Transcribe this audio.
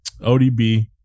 ODB